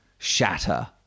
shatter